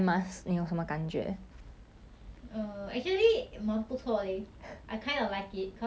nobody recognise me so 我的 makeup 也是 like 乱乱做做一半 ya 不要做 makeup 出门我都可以